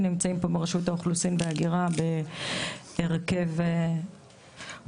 נמצאים פה מרשות האוכלוסין וההגירה בהרכב מורחב.